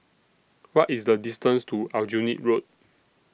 What IS The distance to Aljunied Road